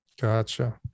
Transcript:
Gotcha